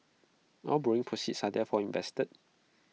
all borrowing proceeds are therefore invested